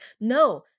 no